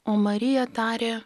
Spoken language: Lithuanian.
o marija tarė